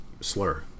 slur